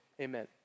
Amen